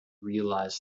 realize